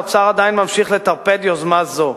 האוצר עדיין ממשיך לטרפד יוזמה זו.